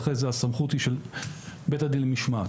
אחרי זה הסמכות היא של בית הדין למשמעת.